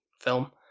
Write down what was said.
film